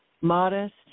modest